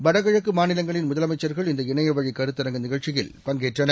வடகிழக்குமாநிலங்களின்மு தலமைச்சர்கள்இந்தஇணையவழிகருத்தரங்கநிகழ்ச்சி யில்பங்கேற்றனர்